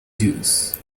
juice